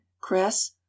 cress